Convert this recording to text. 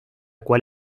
cual